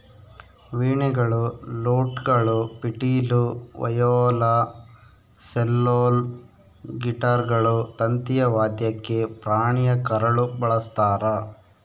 ವೀಣೆಗಳು ಲೂಟ್ಗಳು ಪಿಟೀಲು ವಯೋಲಾ ಸೆಲ್ಲೋಲ್ ಗಿಟಾರ್ಗಳು ತಂತಿಯ ವಾದ್ಯಕ್ಕೆ ಪ್ರಾಣಿಯ ಕರಳು ಬಳಸ್ತಾರ